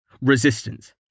Resistance